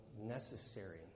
necessary